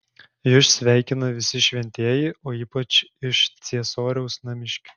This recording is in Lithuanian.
jus sveikina visi šventieji o ypač iš ciesoriaus namiškių